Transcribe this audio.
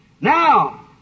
Now